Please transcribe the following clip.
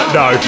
no